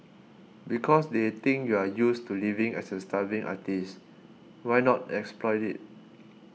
because they think you're used to living as a starving artist why not exploit it